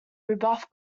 rebuffed